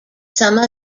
some